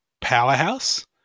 powerhouse